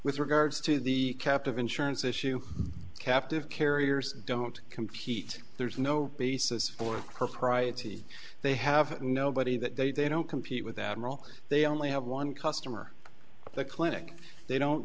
with regards to the captive insurance issue captive carriers don't compete there's no basis for propriety they have nobody that they don't compete with admiral they only have one customer at the clinic they don't